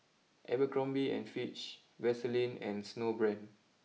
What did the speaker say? Abercrombie and Fitch Vaseline and Snowbrand